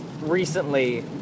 recently